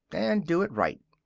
and do it right.